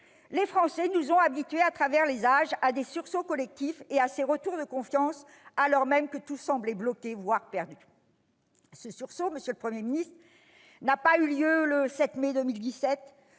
les Français nous ont habitués à travers les âges à des sursauts collectifs et à ces retours de confiance alors même que tout semblait bloqué, voire perdu ». Ce sursaut, monsieur le Premier ministre, n'a pas eu lieu le 7 mai 2017.